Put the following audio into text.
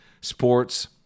Sports